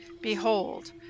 Behold